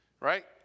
right